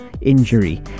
injury